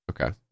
Okay